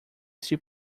este